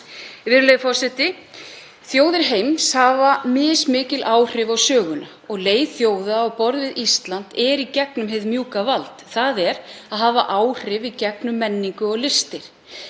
Virðulegur forseti. Þjóðir heims hafa mismikil áhrif á söguna og leið þjóða á borð við Ísland er í gegnum hið mjúka vald, þ.e. að hafa áhrif í gegnum menningu og listir.